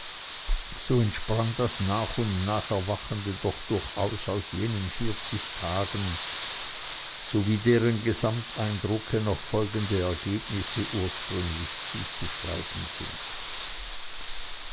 so entsprang das nach und nach erwachende doch durchaus aus jenen vierzig tagen so wie deren gesamteindrucke noch folgende ergebnisse ursprünglich zuzuschreiben sind